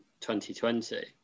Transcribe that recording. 2020